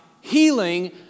healing